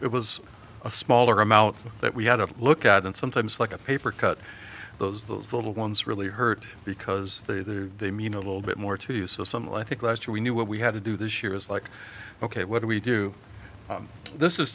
it was a smaller amount that we had a look at and sometimes like a paper cut those those little ones really hurt because the they mean a little bit more to you so some i think last year we knew what we had to do this year is like ok what do we do this is